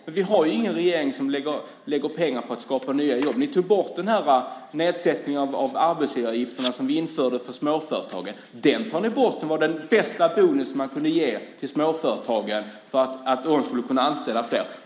Men vi har ju inte en regering som lägger pengar på att skapa nya jobb. Ni tog bort nedsättningen av arbetsgivaravgifterna som vi införde för småföretagare. Den tar ni bort, den som var den bästa bonus man kunde ge till småföretagen för att de skulle kunna anställa fler.